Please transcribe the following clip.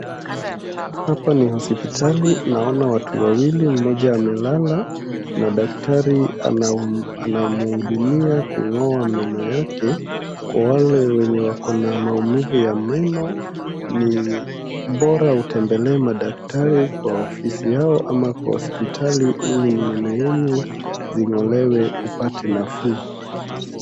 Hapa ni hospitali. Naona watu wawili, mmoja amelala na daktari anamhudumia kung'oa meno yake. Kwa wale wenye wako na maumivu ya meno, ni bora utembelee madaktari kwa ofisi yao ama kwa hospitali ili meno yenu zing'olewe upate nafuu.